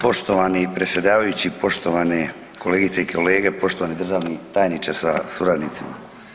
Poštovani predsjedavajući, poštovane kolegice i kolege, poštovani državni tajniče sa suradnicima.